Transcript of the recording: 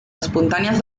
espontànies